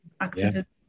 activism